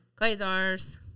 Quasars